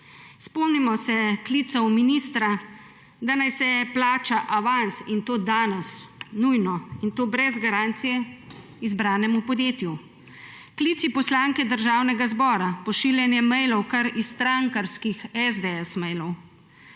Spomnimo se klicev ministra, da naj se plača avans, in to danes nujno, in to brez garancije, izbranemu podjetju. Klici poslanke Državnega zbora, pošiljanje mailov kar s strankarskih mailov